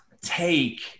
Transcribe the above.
Take